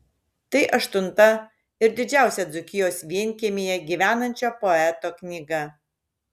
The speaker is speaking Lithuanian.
tai aštunta ir didžiausia dzūkijos vienkiemyje gyvenančio poeto knyga